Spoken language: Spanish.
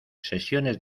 sesiones